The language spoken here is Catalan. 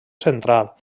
central